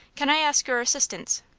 can i ask your assistance?